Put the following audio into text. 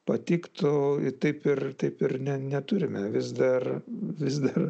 patiktų taip ir taip ir ne neturime vis dar vis dar